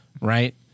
Right